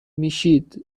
میشید